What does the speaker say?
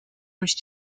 durch